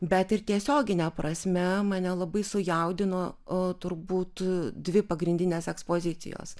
bet ir tiesiogine prasme mane labai sujaudino a turbūt dvi pagrindinės ekspozicijos